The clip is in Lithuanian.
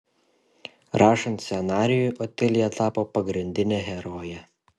rašant scenarijų otilija tapo pagrindine heroje